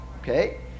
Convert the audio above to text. Okay